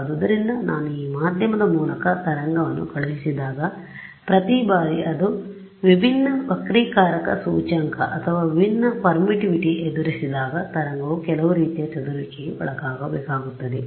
ಆದ್ದರಿಂದ ನಾನು ಈ ಮಾಧ್ಯಮದ ಮೂಲಕ ತರಂಗವನ್ನು ಕಳುಹಿಸಿದಾಗ ಪ್ರತಿ ಬಾರಿ ಅದು ವಿಭಿನ್ನ ವಕ್ರೀಕಾರಕ ಸೂಚ್ಯಂಕ ಅಥವಾ ವಿಭಿನ್ನ ಪರ್ಮಿಟಿವಿಟಿ ಎದುರಿಸಿದಾಗ ತರಂಗವು ಕೆಲವು ರೀತಿಯ ಚದುರುವಿಕೆಗೆ ಒಳಗಾಗಬೇಕಾಗುತ್ತದೆ